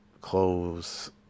clothes